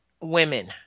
women